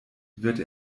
wird